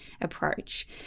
approach